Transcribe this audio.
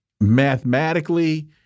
mathematically